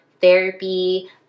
therapy